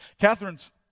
Catherine's